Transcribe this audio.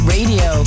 Radio